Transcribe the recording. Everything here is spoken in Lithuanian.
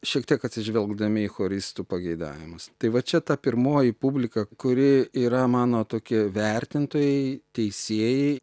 šiek tiek atsižvelgdami į choristų pageidavimus tai va čia ta pirmoji publika kuri yra mano tokie vertintojai teisėjai